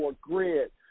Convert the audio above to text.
grid